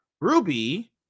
Ruby